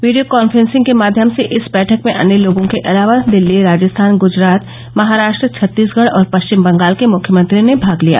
video conferencing के माध्यम से इस बैठक में अन्य लोगों के अलावा दिल्ली राजस्थान ग्जरात महाराष्ट्र छत्तीसगढ़ और पश्चिम बंगाल के मुख्यमंत्रियों ने भाग लिया